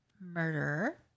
murderer